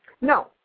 No